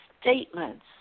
statements